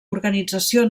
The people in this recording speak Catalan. organització